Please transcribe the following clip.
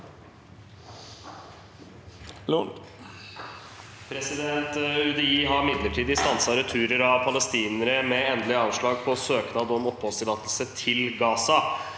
«UDI har midlertidig stanset returer av palestinere med endelig avslag på søknad om oppholdstillatelse til Gaza.